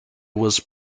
was